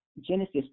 Genesis